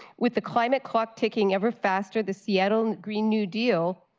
with the climate clock ticking ever faster, the seattle green new deal